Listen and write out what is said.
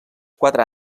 quatre